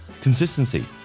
Consistency